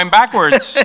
backwards